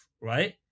right